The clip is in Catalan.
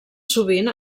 sovint